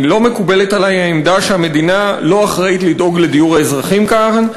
לא מקובלת עלי העמדה שהמדינה לא אחראית לדאוג לדיור של האזרחים כאן.